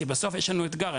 כי בסוף יש לנו אתגר,